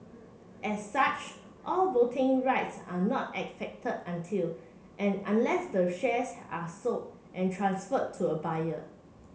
as such all voting rights are not affected until and unless the shares are sold and transferred to a buyer